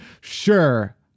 Sure